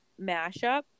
mashup